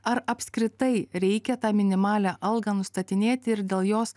ar apskritai reikia tą minimalią algą nustatinėti ir dėl jos